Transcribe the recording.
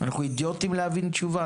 אנחנו אידיוטים להבין תשובה?